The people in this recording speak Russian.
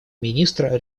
министра